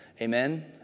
Amen